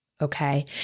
Okay